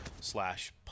slash